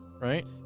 Right